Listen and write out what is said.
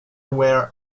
aware